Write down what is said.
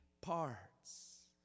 parts